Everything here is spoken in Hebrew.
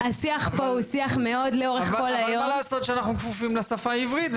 אבל אין מה לעשות שאנחנו כפופים לשפה העברית.